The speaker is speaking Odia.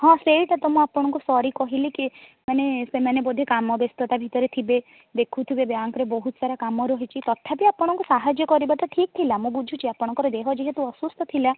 ହଁ ସେଇଟା ତ ମୁଁ ଆପଣଙ୍କୁ ସରି କହିଲି କି ମାନେ ସେମାନେ ବୋଧେ କାମ ବ୍ୟସ୍ତତା ଭିତରେ ଥିବେ ଦେଖୁଥିବେ ବ୍ୟାଙ୍କ୍ରେ ବହୁତ ସାରା କାମ ରହିଛି ତଥାପି ଆପଣଙ୍କୁ ସାହାଯ୍ୟ କରିବାଟା ଠିକ୍ ଥିଲା ମୁଁ ବୁଝୁଛି ଆପଣଙ୍କର ଦେହ ଯେହେତୁ ଅସୁସ୍ଥ ଥିଲା